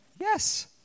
Yes